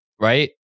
right